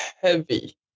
heavy